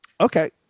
Okay